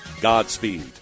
Godspeed